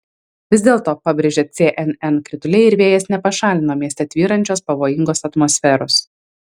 vis dėlto pabrėžia cnn krituliai ir vėjas nepašalino mieste tvyrančios pavojingos atmosferos